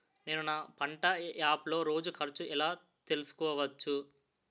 నేను నా పంట యాప్ లో రోజు ఖర్చు ఎలా తెల్సుకోవచ్చు?